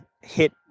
hit